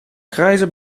grijze